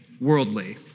worldly